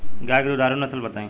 गाय के दुधारू नसल बताई?